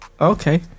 Okay